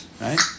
right